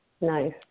Nice